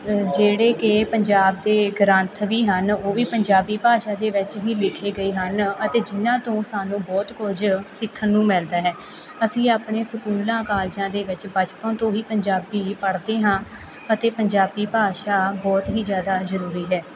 ਜਿਹੜੇ ਕਿ ਪੰਜਾਬ ਦੇ ਗ੍ਰੰਥ ਵੀ ਹਨ ਉਹ ਵੀ ਪੰਜਾਬੀ ਭਾਸ਼ਾ ਦੇ ਵਿੱਚ ਹੀ ਲਿਖੇ ਗਏ ਹਨ ਅਤੇ ਜਿਨਾਂ ਤੋਂ ਸਾਨੂੰ ਬਹੁਤ ਕੁਝ ਸਿੱਖਣ ਨੂੰ ਮਿਲਦਾ ਹੈ ਅਸੀਂ ਆਪਣੇ ਸਕੂਲਾਂ ਕਾਲਜਾਂ ਦੇ ਵਿੱਚ ਬਚਪਨ ਤੋਂ ਹੀ ਪੰਜਾਬੀ ਪੜ੍ਹਦੇ ਹਾਂ ਅਤੇ ਪੰਜਾਬੀ ਭਾਸ਼ਾ ਬਹੁਤ ਹੀ ਜਿਆਦਾ ਜਰੂਰੀ ਹੈ